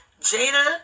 Jada